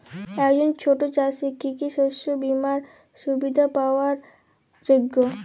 একজন ছোট চাষি কি কি শস্য বিমার সুবিধা পাওয়ার যোগ্য?